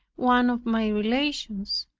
one of my relations,